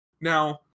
now